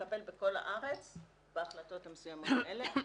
שתטפל בכל הארץ בהחלטות המסוימות האלה.